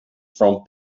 from